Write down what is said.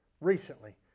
recently